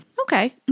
okay